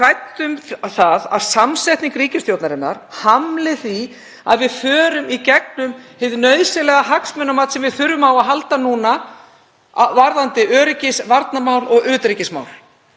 hrædd um að samsetning ríkisstjórnarinnar hamli því að við förum í gegnum hið nauðsynlega hagsmunamat sem við þurfum á að halda núna varðandi öryggis- og varnarmál og utanríkismál.